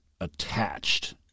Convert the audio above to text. attached